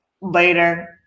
later